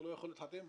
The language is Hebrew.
לא יוכל להתחתן.